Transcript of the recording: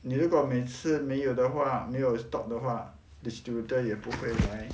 你如果每次没有的话没有 stock 的话 distributor 也不会来